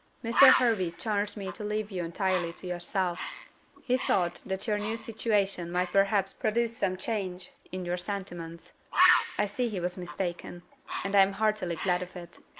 mr. hervey charged me to leave you entirely to yourself he thought that your new situation might perhaps produce some change in your sentiments i see he was mistaken and i am heartily glad of it.